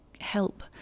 help